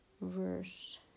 Verse